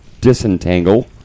disentangle